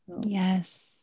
Yes